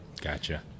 Gotcha